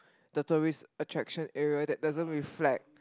the tourist attraction area that doesn't reflect